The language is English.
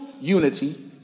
unity